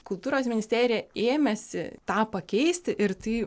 kultūros ministerija ėmėsi tą pakeisti ir tai